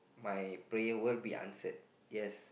my prayer will be answered yes